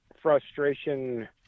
frustration